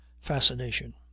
fascination